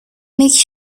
make